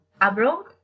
abroad